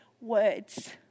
words